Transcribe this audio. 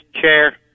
chair